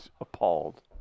Appalled